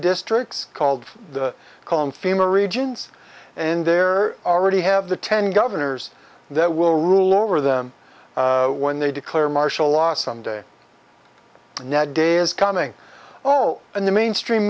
districts called the column fema regions and there are already have the ten governors that will rule over them when they declare martial law some day now a day is coming oh and the mainstream